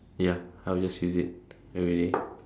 ya I'll just use it everyday